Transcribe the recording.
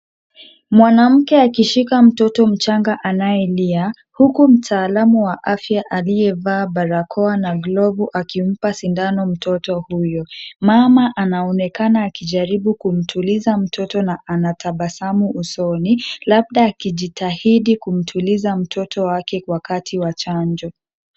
Mwanamke akishika mtoto mchanga anayelia, huku mtaalamu wa afya aliyevaa barakoa na glovu akimpa sindano mtoto huyo. Mama anaonekana kumtuliza mtoto, na anatabasamu usoni, labda akijitahidi kumtuliza mtoto wake wakati wa chanjo.